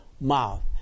mouth